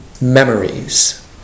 memories